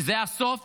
זה הסוף